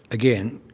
again,